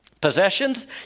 Possessions